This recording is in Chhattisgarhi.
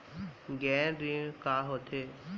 गैर ऋण का होथे?